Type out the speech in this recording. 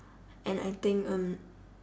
and I think um